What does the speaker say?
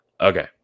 Okay